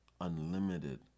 unlimited